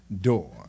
door